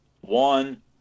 one